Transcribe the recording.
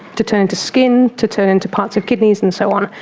to turn into skin, to turn into parts of kidneys and so on,